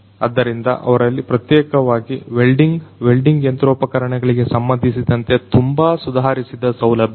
ಆದ್ದರಿಂದ ಅವರಲ್ಲಿ ಪ್ರತ್ಯೇಕವಾಗಿ ವೆಲ್ಡಿಂಗ್ ವೆಲ್ಡಿಂಗ್ ಯಂತ್ರೋಪಕರಣಗಳಿಗೆ ಸಂಬಂಧಿಸಿದಂತೆ ತುಂಬಾ ಸುಧಾರಿಸಿದ ಸೌಲಭ್ಯವಿದೆ